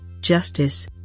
justice